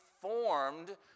formed